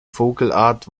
vogelart